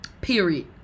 Period